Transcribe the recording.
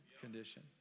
condition